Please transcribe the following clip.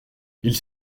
ils